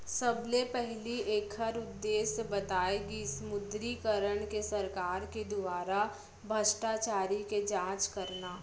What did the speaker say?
सबले पहिली ऐखर उद्देश्य बताए गिस विमुद्रीकरन के सरकार के दुवारा भस्टाचारी के जाँच करना